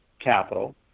capital